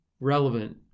relevant